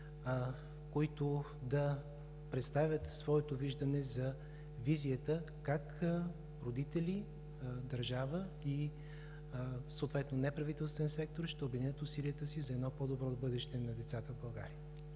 които да представят своето виждане за визията как родителите, държавата и съответно неправителственият сектор ще обединят усилията си за едно по-добро бъдеще на децата в България.